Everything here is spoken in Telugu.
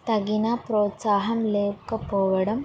తగిన ప్రోత్సాహం లేకపోవడం